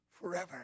forever